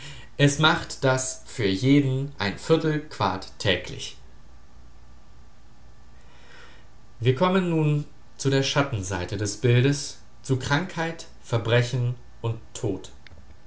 es macht das für jeden ein quart täglich wir kommen nun zu der schattenseite des bildes zu krankheit verbrechen und tod